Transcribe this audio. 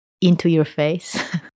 into-your-face